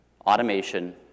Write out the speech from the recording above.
automation